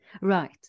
Right